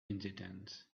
incidents